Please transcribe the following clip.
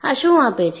આ શું આપે છે